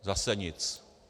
Zase nic.